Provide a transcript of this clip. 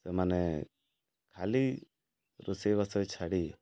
ସେମାନେ ଖାଲି ରୋଷେଇବାସ ଛାଡ଼ି